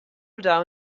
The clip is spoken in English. down